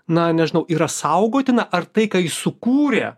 na nežinau yra saugotina ar tai ką jis sukūrė